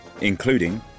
including